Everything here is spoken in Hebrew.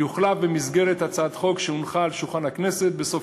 יוחלף במסגרת הצעת חוק שהונחה על שולחן הכנסת בסוף